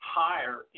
higher